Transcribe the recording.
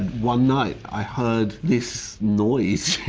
one night i heard this noise,